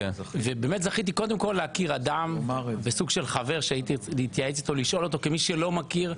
כמי שלא מכיר,